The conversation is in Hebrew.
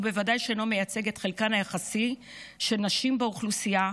ובוודאי שלא מייצג את חלקן היחסי של נשים באוכלוסייה,